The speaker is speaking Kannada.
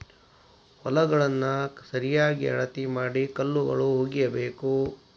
ಹೊಲಗಳನ್ನಾ ಸರಿಯಾಗಿ ಅಳತಿ ಮಾಡಿ ಕಲ್ಲುಗಳು ಹುಗಿಬೇಕು